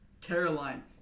Caroline